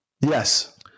Yes